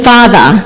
Father